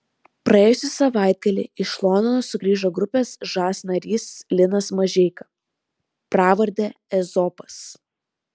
praėjusį savaitgalį iš londono sugrįžo grupės žas narys linas mažeika pravarde ezopas